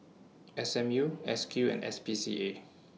S M U S Q and S P C A